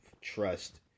trust